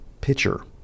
pitcher